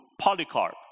Polycarp